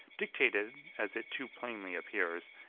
dictated, as it too plainly appears,